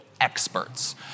experts